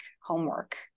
homework